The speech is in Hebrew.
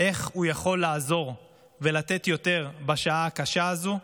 איך הוא יכול לעזור ולתת יותר בשעה הקשה הזו.